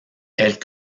elle